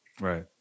Right